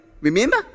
Remember